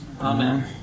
Amen